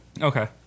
Okay